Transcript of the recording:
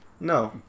No